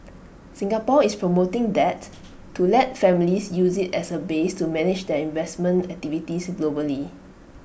Singapore is promoting that to let families use IT as A base to manage their investment activities globally